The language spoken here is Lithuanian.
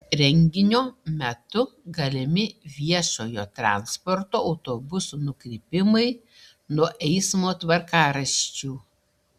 renginio metu galimi viešojo transporto autobusų nukrypimai nuo eismo tvarkaraščių